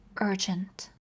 urgent